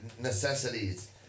necessities